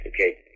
Okay